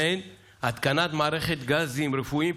ובהן התקנת מערכת גזים רפואיים,